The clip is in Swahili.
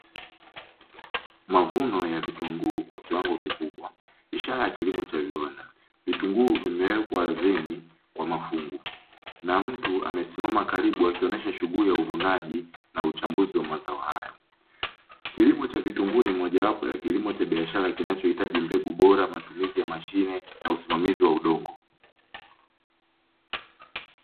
Ishara ya kilimo cha vitunguu. Vitunguu vimewekwa ardhini kwa mafungu. Na mtu amesimama karibu akionyesha shughuli ya uvunaji na uchambuuzi wa mazao haya. Kilimo cha vitunguu ni mojawapo ya kilimo cha biashara kinachohitaji mbegu bora, matumizi ya mashine na usimamizi wa udongo.